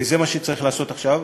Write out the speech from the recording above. וזה מה שצריך לעשות עכשיו.